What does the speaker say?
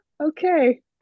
okay